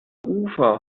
ufer